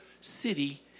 city